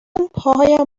پاهایم